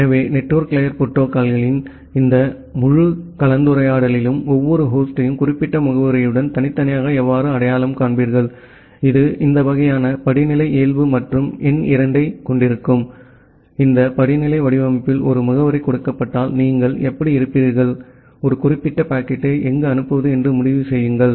எனவே network layer புரோட்டோகால்களின் இந்த முழு கலந்துரையாடலிலும் ஒவ்வொரு ஹோஸ்டையும் குறிப்பிட்ட முகவரியுடன் தனித்தனியாக எவ்வாறு அடையாளம் காண்பீர்கள் இது இந்த வகையான படிநிலை இயல்பு மற்றும் எண் இரண்டைக் கொண்டிருக்கும் இந்த படிநிலை வடிவமைப்பில் ஒரு முகவரி கொடுக்கப்பட்டால் நீங்கள் எப்படி இருப்பீர்கள் ஒரு குறிப்பிட்ட பாக்கெட்டை எங்கு அனுப்புவது என்று முடிவு செய்யுங்கள்